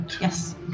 Yes